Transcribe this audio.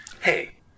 Hey